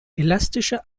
elastische